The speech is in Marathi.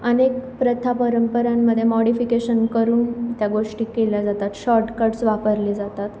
अनेक प्रथा परंपरांमध्ये मॉडिफिकेशन करून त्या गोष्टी केल्या जातात शॉर्टकट्स वापरले जातात